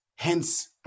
Hence